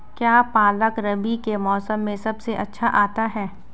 क्या पालक रबी के मौसम में सबसे अच्छा आता है?